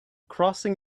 crossing